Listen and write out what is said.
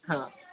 हा